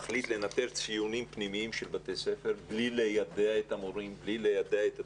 מחליט לנטר ציונים פנימיים של בתי ספר בלי ליידע את המורים והתלמידים.